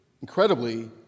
incredibly